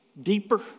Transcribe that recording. deeper